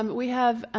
um we have